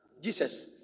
Jesus